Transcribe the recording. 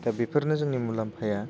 दा बेफोरनो जोंनि मुलाम्फाया